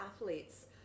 athletes